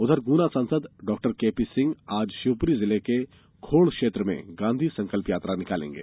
उधर गुना सांसद doctor KP Singh आज शिवपुरी जिले में खोड़ क्षेत्र में गांधी संकल्प यात्रा निकालेंगे